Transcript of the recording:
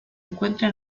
encuentra